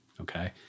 okay